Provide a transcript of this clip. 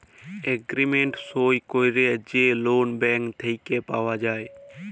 agreement সই ক্যইরে যে লল ব্যাংক থ্যাইকে পাউয়া যায়